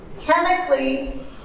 chemically